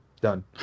Done